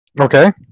Okay